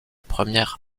première